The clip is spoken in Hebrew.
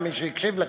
היה מי שהקשיב לך,